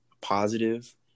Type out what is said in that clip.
positive